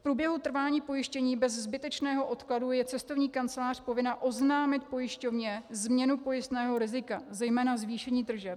V průběhu trvání pojištění bez zbytečného odkladu je cestovní kancelář povinna oznámit pojišťovně změnu pojistného rizika, zejména zvýšení tržeb.